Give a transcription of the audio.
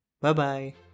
Bye-bye